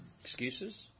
Excuses